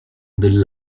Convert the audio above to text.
del